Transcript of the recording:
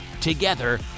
together